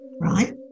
right